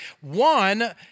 one